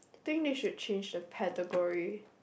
think they should change the category